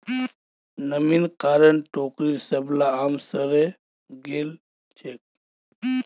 नमीर कारण टोकरीर सबला आम सड़े गेल छेक